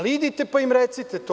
Idite pa im recite to.